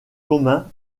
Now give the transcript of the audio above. communs